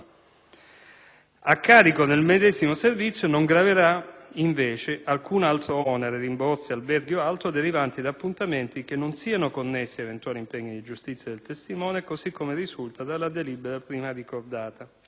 A carico del medesimo Servizio non graverà, invece, alcun altro onere (rimborsi, alberghi o altro) derivante da appuntamenti che non siano connessi ad eventuali impegni di giustizia del testimone, così come risulta dalla delibera prima ricordata.